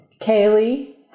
Kaylee